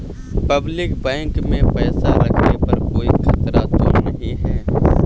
Public bank में पैसा रखने पर कोई खतरा तो नहीं है?